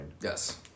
Yes